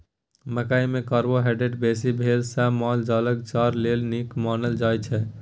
मकइ मे कार्बोहाइड्रेट बेसी भेला सँ माल जालक चारा लेल नीक मानल जाइ छै